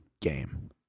game